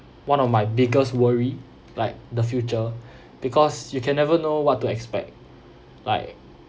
one of my biggest worry like the future because you can never know what to expect like